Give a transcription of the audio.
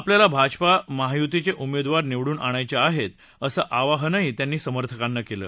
आपल्याला भाजपा महाआघाडीचे उमेदवार निवडून आणायचे आहेत असं आवाहनही त्यांनी समर्थकांना केलं